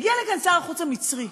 הגיע לכאן שר החוץ המצרי,